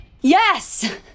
Yes